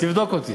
תבדוק אותי.